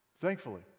Thankfully